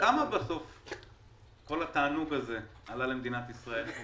כמה בסוף כל התענוג הזה עלה למדינת ישראל?